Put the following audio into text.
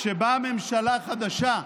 כשבאה ממשלה חדשה,